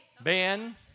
Ben